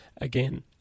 Again